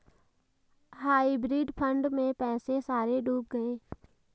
hybrid fund में पैसे सारे डूब गए